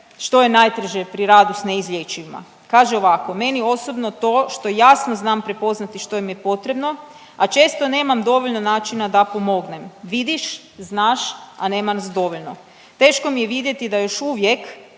što je najteže pri radu s neizlječivima, kaže ovako „Meni osobno to što jasno znam prepoznati što im je potrebno, a često nemam dovoljno načina da pomognem. Vidiš, znaš, a nema nas dovoljno. Teško mi je vidjeti da još uvijek